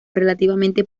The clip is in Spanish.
relativamente